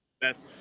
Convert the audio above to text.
best